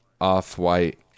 off-white